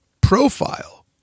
profile